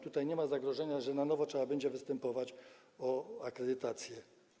Tutaj nie ma zagrożenia, że na nowo trzeba będzie występować o akredytację.